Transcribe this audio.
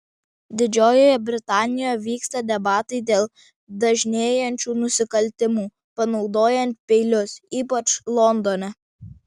didžiojoje britanijoje vyksta debatai dėl dažnėjančių nusikaltimų panaudojant peilius ypač londone